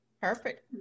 perfect